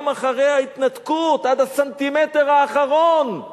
גם אחרי ההתנתקות, עד הסנטימטר האחרון.